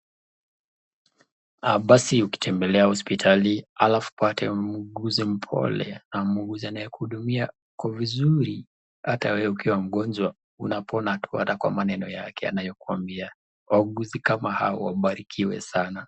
Basi ukitembelea hospitali alafu upate muuguzi mpole au muuguzi anayekuhudumia kwa vizuri ata wewe ukiwa mgonjwa unapona tu ata kwa maneno anayokwambia waguuzi kama hawa wabarikiwe sana.